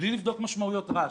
בלי לבדוק משמעויות רעש,